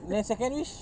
then second wish